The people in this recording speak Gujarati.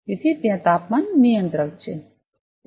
તેથી ત્યાં તાપમાન નિયંત્રક છે